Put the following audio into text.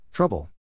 Trouble